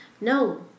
No